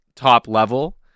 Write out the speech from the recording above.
top-level